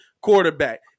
quarterback